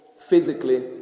physically